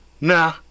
Nah